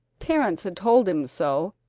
terrence had told him so,